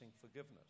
forgiveness